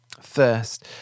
First